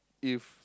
if